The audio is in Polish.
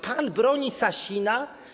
Pan broni Sasina?